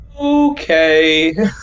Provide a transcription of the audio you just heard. Okay